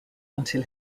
until